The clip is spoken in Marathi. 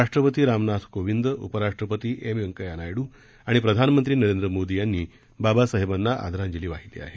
राष्ट्रपती रामनाथ कोविंद उपराष्ट्रपती एम व्यंकव्या नायडू आणि प्रधानमंत्री नरेंद्र मोदी यांनी बाबासाहेबांना आदरांजली वाहिली आहे